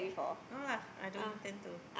no lah I don't intend to